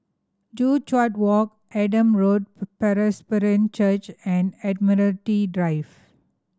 Joo Chiat Walk Adam Road Presbyterian Church and Admiralty Drive